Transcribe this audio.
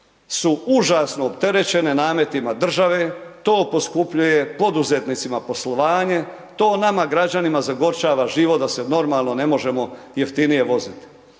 su užasno opterećene nametima države, to poskupljuje poduzetnicima poslovanje, to nama građanima zagorčava život da se normalno ne možemo jeftinije voziti.